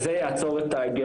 אז זה יעצור את הגירוש.